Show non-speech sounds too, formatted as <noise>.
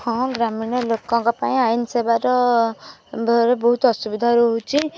ହଁ ଗ୍ରାମୀଣ ଲୋକଙ୍କ ପାଇଁ ଆଇନ ସେବାର <unintelligible> ବହୁତ ଅସୁବିଧା ରହୁଛି